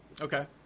okay